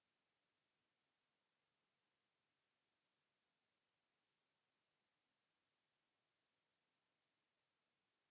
Kiitos!]